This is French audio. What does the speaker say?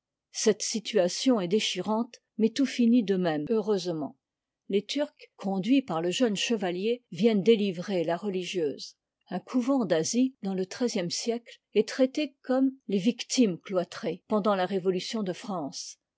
cette situation est déchirante mais tout finit de même heureusement les turcs conduits par le jeune chevalier viennent délivrer la religieuse un couvent d'asie dans le treizième siècle est traité comme les victimes cloitrées pendant la révolution de france